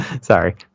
Sorry